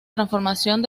transformación